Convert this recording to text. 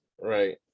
right